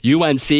UNC